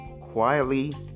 quietly